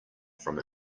from